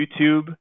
YouTube